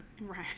Right